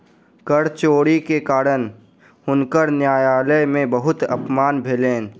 कर चोरी के कारण हुनकर न्यायालय में बहुत अपमान भेलैन